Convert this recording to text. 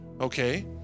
okay